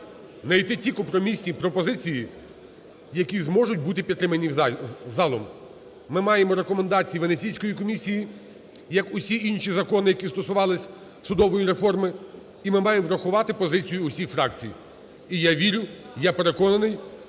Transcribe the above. знайти ті компромісні пропозиції, які зможуть бути підтримані залом. Ми маємо рекомендації Венеційської комісії, як всі інші закони, які стосувалися судової реформи. І ми маємо врахувати позицію всіх фракцій. І я вірю, я переконаний,